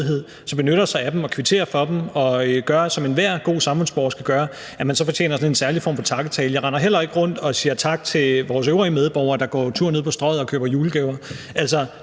som benytter sig af dem, kvitterer for dem og gør det, som enhver god samfundsborger skal gøre, fortjener sådan en særlig form for takketale. Jeg render heller ikke rundt og sige tak til vores øvrige medborgere, der går tur nede på Strøget og køber julegaver.